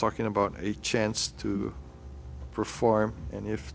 talking about a chance to perform and if